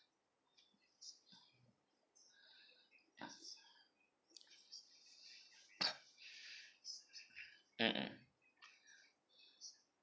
ya mm mm